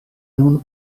nun